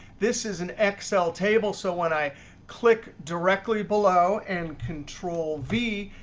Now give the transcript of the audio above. this is an excel table. so when i click directly below and control v,